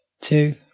two